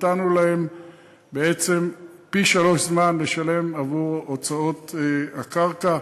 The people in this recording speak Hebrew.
נתנו להם פי-שלושה זמן לשלם עבור הוצאות הקרקע.